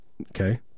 Okay